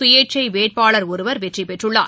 சுயேச்சை வேட்பாளர் ஒருவர் வெற்றி பெற்றுள்ளார்